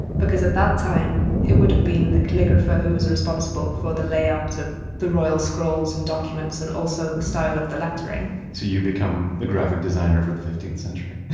because at that time it would have been the calligrapher who was responsible for the layout of the royal scrolls and documents, and also the style of the lettering so you've become the graphic designer for the fifteenth century